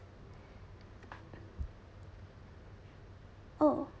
oh